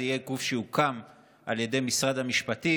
זה יהיה גוף שיוקם על ידי משרד המשפטים,